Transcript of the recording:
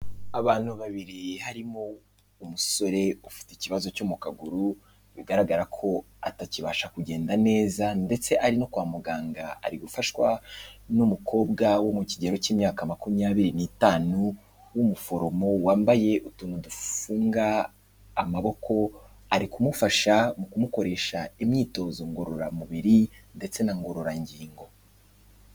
Abantu babiri harimo umusore ufite ikibazo cyo mu kaguru, bigaragara ko atakibasha kugenda neza ndetse ari no kwa muganga ari gufashwa n'umukobwa wo mu kigero cy'imyaka makumyabiri n'itanu w'umuforomo, wambaye utuntu dufunga amaboko, ari kumufasha mu kumukoresha imyitozo ngororamubiri ndetse na ngororangingo.